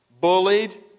bullied